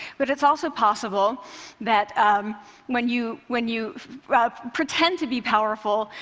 but it's also possible that when you when you pretend to be powerful,